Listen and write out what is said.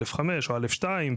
א.5 או א.2,